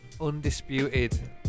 undisputed